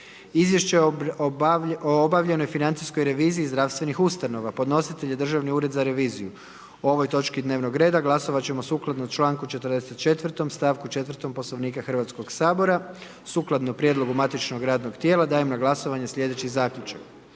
poslova o obavljanju policijskih poslova u 2017. godini podnositelj je ministar unutarnjih poslova. O ovoj točki dnevnog reda glasovati ćemo sukladno članku 44., stavku 4. Poslovnika Hrvatskoga sabora. Sukladno prijedlogu matičnog radnog tijela dajem na glasovanje sljedeći Zaključak.